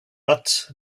but